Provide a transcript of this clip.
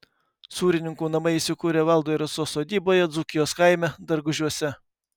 sūrininkų namai įsikūrę valdo ir rasos sodyboje dzūkijos kaime dargužiuose